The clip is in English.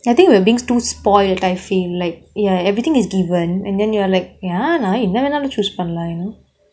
I think we are being too spoiled I feel like ya everything is given and then you're like ya நான் என்ன வேணாலும்:naan enna venunaalum choose பண்ணலாம்:pannalaam